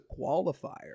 qualifier